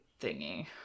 thingy